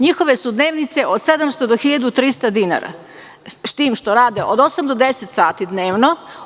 Njihove su dnevnice od 700 do 1300 dinara, s tim što rade od osam do deset sati dnevno.